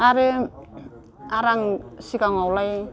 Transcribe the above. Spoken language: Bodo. आरो आं सिगाङावलाय